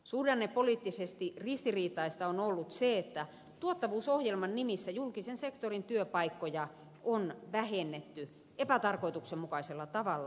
suhdannepoliittisesti ristiriitaista on ollut se että tuottavuusohjelman nimissä julkisen sektorin työpaikkoja on vähennetty epätarkoituksenmukaisella tavalla